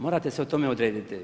Morate se o tome odrediti.